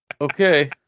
Okay